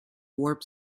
warp